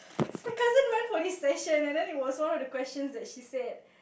my cousin went for this session and then it was one of the questions that she failed